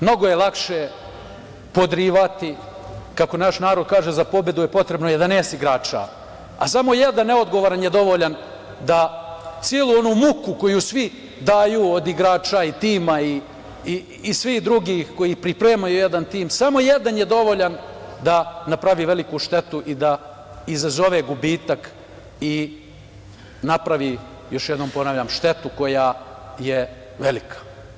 Mnogo je lakše podrivati, kako naš narod kaže – za pobedu je potrebno 11 igrača, a samo jedan neodgovoran je dovoljan da celu onu muku koju svi daju od igrača i tima i svih drugih koji pripremaju jedan tim, samo jedan je dovoljan da napravi veliku štetu i da izazove gubitak i napravi, još jednom ponavljam štetu koja je velika.